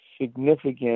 significant